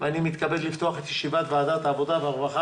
אני מתכבד לפתוח את ישיבת העבודה הרווחה